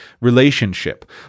relationship